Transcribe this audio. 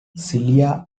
celia